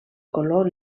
color